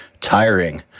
tiring